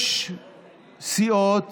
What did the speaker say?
יש סיעות